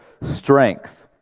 strength